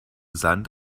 sand